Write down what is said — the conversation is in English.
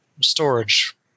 storage